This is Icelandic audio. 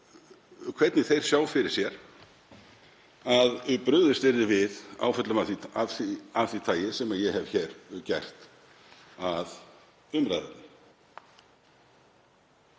hvernig þeir sjá fyrir sér að brugðist yrði við áföllum af því tagi sem ég hef hér gert að umræðu.